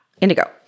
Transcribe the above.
Indigo